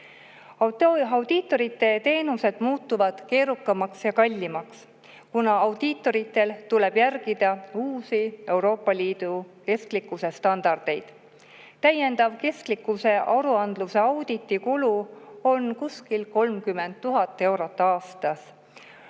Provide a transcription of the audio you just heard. Audiitorite teenused muutuvad keerukamaks ja kallimaks, kuna audiitoritel tuleb järgida uusi Euroopa Liidu kestlikkuse standardeid. Täiendav kestlikkusaruandluse auditi kulu on kuskil 30 000 eurot aastas